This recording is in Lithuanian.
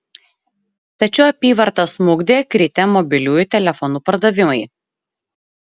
tačiau apyvartą smukdė kritę mobiliųjų telefonų pardavimai